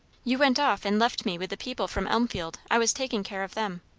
you went off and left me with the people from elmfield. i was taking care of them.